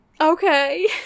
okay